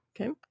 Okay